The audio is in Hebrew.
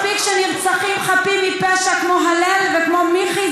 לא מספיק שנרצחים חפים מפשע כמו הלל וכמו מיכי,